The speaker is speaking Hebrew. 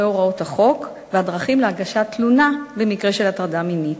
הוראות החוק והדרכים להגשת תלונה במקרה של הטרדה מינית.